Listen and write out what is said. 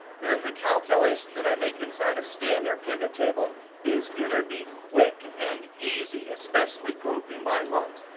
then the calculation that i make inside a standard pivottable is going to be quick and easy, especially grouping by month.